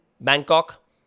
Bangkok